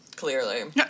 Clearly